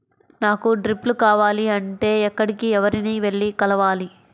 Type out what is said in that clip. నాకు డ్రిప్లు కావాలి అంటే ఎక్కడికి, ఎవరిని వెళ్లి కలవాలి?